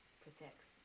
Protects